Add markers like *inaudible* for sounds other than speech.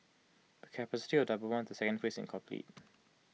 the *unintelligible* double once the second phase is complete